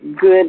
good